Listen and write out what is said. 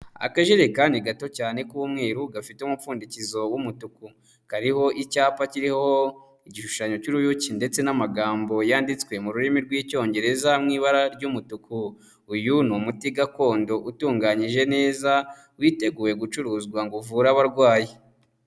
Akajerekani gato cyane k'umweru gafite umupfundikizo w'umutuku. Kariho icyapa kiriho igishushanyo cy'uruyuki ndetse n'amagambo yanditswe mu rurimi rw'icyongereza mu ibara ry'umutuku. Uyu ni umuti gakondo utunganyije neza witeguye gucuruzwa ngo uvure abarwayi.